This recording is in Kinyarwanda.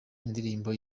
indirimbo